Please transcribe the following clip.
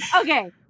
Okay